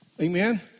Amen